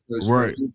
right